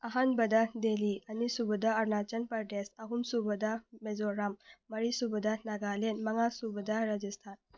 ꯑꯍꯥꯟꯕꯗ ꯗꯦꯂꯤ ꯑꯅꯤꯁꯨꯕꯗ ꯑꯔꯨꯅꯥꯆꯜ ꯄ꯭ꯔꯗꯦꯁ ꯑꯍꯨꯝꯁꯨꯕꯗ ꯃꯤꯖꯣꯔꯥꯝ ꯃꯔꯤꯁꯨꯕꯗ ꯅꯥꯒꯥꯂꯦꯟ ꯃꯉꯥꯁꯨꯕꯗ ꯔꯥꯖꯁꯊꯥꯟ